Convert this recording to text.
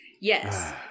Yes